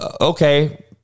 Okay